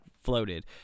floated